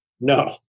No